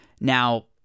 Now